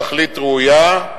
תכלית ראויה.